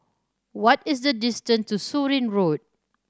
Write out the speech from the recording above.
what is the distance to Surin Road